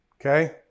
Okay